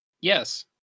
Yes